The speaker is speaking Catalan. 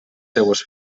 seues